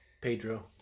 Pedro